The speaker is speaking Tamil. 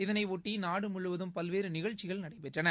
இதனையொட்டிநாடுமுழுவதும் பல்வேறுநிகழ்ச்சிகள் நடைபெற்றன